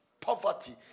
Poverty